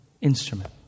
instrument